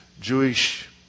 Jewish